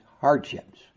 hardships